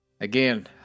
Again